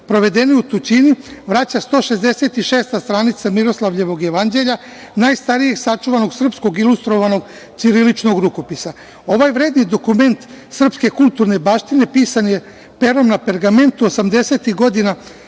provedene u tuđini vraća 166 stranica Miroslavljevog jevanđelja, najstarijeg sačuvanog srpskog ilustrovanog ćiriličnog rukopisa. Ovaj vredni dokument srpske kulturne baštine pisan je perom na pergamentu